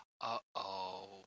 Uh-oh